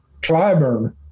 Clyburn